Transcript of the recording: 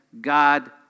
God